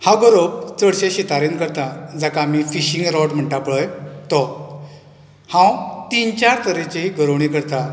हांव गोरोवप चडशें शिकारेन करतां जाका आमी फिशींग रॉड म्हणटा पळय तो हांव तीन चार तरेचीं गरोवणी करतां